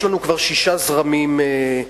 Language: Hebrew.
יש לנו כבר שישה זרמים במדינה: